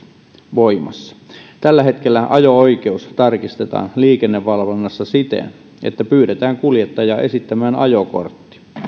voimassa tällä hetkellä ajo oikeus tarkistetaan liikennevalvonnassa siten että pyydetään kuljettajaa esittämään ajokortti